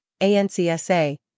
ANCSA